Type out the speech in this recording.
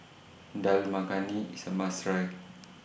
Dal Makhani IS A must Try